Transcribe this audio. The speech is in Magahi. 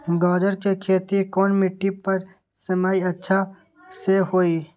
गाजर के खेती कौन मिट्टी पर समय अच्छा से होई?